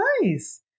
nice